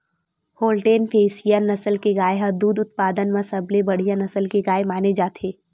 Holstein Friesian नसल के गाय ह दूद उत्पादन म सबले बड़िहा नसल के गाय माने जाथे